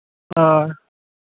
آ